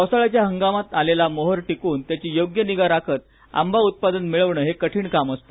पावसाळ्याच्या हंगामात आलेला मोहोर टिकवून त्याची योग्य निगा राखत आंबा उत्पादन मिळविणं हे कठीण काम असते